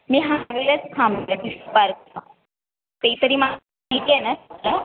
मी हा वेळेत थांबली पार्क ते तरी माहितीय ना